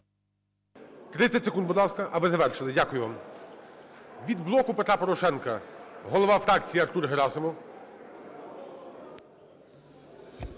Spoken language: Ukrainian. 30 секунд, будь ласка. А, ви завершили. Дякую вам. Від "Блоку Петра Порошенка" – голова фракції Артур Герасимов.